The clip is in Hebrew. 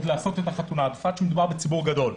האלה עוד לעשות חתונות, בפרט שמדובר בציבור גדול.